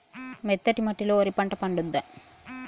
మెత్తటి మట్టిలో వరి పంట పండుద్దా?